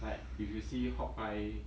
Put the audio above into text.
like if you see hawkeye